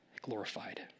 glorified